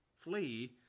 flee